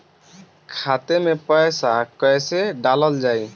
खाते मे पैसा कैसे डालल जाई?